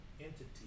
entity